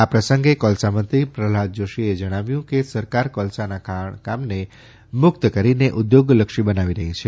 આ પ્રસંગે કોલસામંત્રી પ્રહલાદ જોશીએ જણાવ્યું કે સરકાર કોલસાના ખાણકામને મુક્ત કરીને ઉધોગલક્ષી બનાવી રહી છે